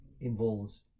involves